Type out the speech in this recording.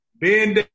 Ben